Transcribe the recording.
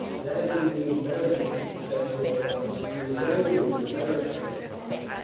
that evening berenice said to her father, i was angry with beric today, father.